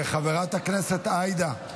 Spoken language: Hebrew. חברת הכנסת עאידה,